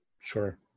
Sure